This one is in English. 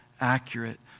accurate